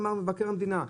אמר מבקר המדינה,